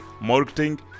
marketing